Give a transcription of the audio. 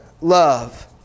love